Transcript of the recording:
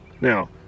Now